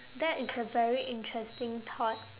that is a very interesting thought